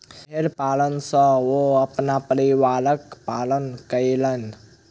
भेड़ पालन सॅ ओ अपन परिवारक पालन कयलैन